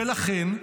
ולכן,